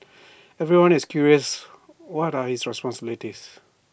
everyone is curious what are his responsibilities